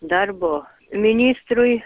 darbo ministrui